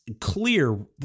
clear